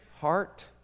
heart